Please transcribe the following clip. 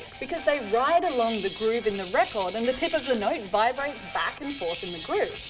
because they ride along the groove in the record and the tip of the note vibrates back and forth in the groove.